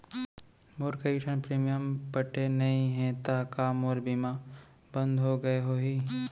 मोर कई ठो प्रीमियम पटे नई हे ता का मोर बीमा बंद हो गए होही?